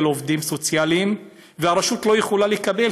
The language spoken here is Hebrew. עובדים סוציאליים והרשות לא יכולה לקבל,